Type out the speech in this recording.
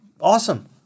awesome